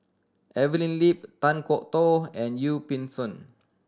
Evelyn Lip Kan Kwok Toh and Yee Pun Siew